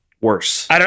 Worse